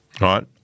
Right